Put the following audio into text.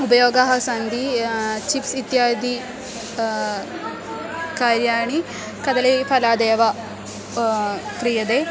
उपयोगाः सन्ति चिप्स् इत्यादि कार्याणि कदलीफलादेव क्रियते